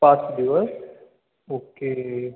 पाच दिवस ओके